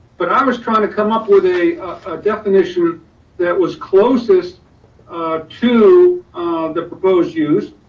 but i was trying to come up with a definition that was closest to the proposed use.